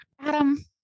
Adam